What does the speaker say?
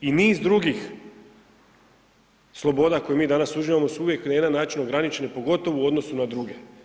I niz drugih sloboda koje mi danas uživamo su na jedan način ograničene, pogotovo u odnosu na druge.